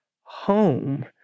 Home